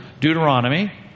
Deuteronomy